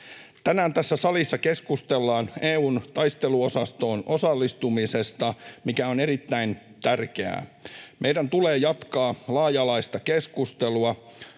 Tänään tässä salissa keskustellaan EU:n taisteluosastoon osallistumisesta, mikä on erittäin tärkeää. Meidän tulee jatkaa laaja-alaista keskustelua